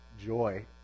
joy